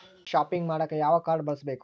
Shopping ಮಾಡಾಕ ಯಾವ card ಬಳಸಬೇಕು?